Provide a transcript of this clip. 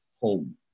home